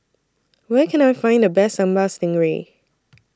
Where Can I Find The Best Sambal Stingray